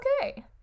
okay